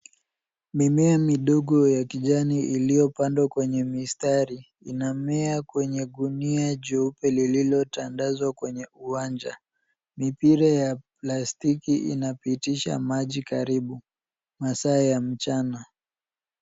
Mimea midogo ya kijani iliyopandwa kwenye mistari inamea kwenye gunia jeupe lililotandazwa kwenye uwanja. Mipira ya plastiki inapisha maji karibu. Masaa ya mchana.